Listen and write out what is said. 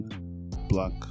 black